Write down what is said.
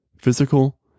physical